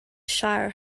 shire